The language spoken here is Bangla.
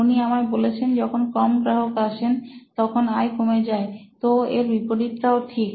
উনি আমায় বলেছেন যখন কম গ্রাহক আসেন তো আয় কমে যায় তো এর বিপরীতটাও ঠিক